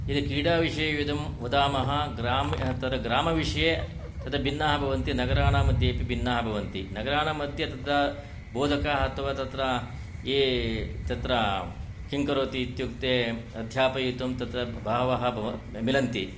यदि कीडाविषये इदं वदामः तद्ग्रामविषये तद्भिन्नाः भवन्ति नगराणाम् मध्ये अपि भिन्नाः भवन्ति नगराणां मध्ये तत्र बोधकाः अथवा तत्र ये तत्र किं करोति इत्युक्ते अध्यापयितुं तत्र बहवः मिलन्ति